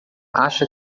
acha